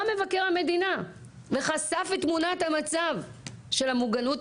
בא מבקר המדינה וחשף את תמונת המצב של המוגנות,